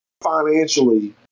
financially